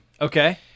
Okay